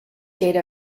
data